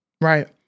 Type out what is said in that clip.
Right